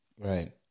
right